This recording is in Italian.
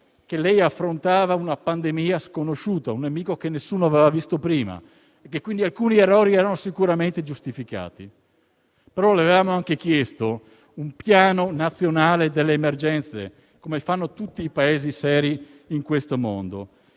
che lei affrontava una pandemia sconosciuta, un nemico che nessuno aveva visto prima e che quindi alcuni errori erano sicuramente giustificati. Però le avevamo anche chiesto un piano nazionale delle emergenze, come fanno tutti i Paesi seri al mondo.